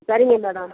சரிங்க மேடம்